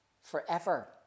forever